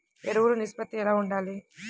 ఎరువులు నిష్పత్తి ఎలా ఉండాలి?